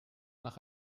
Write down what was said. nach